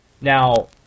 Now